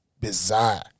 bizarre